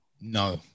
No